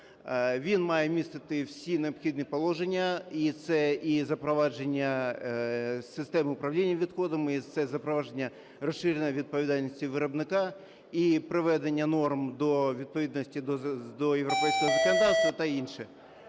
Він має містити всі необхідні положення, і це і запровадження системи управління відходами, і це запровадження розширеної відповідальності виробника, і приведення норм у відповідність до європейського законодавства та інше.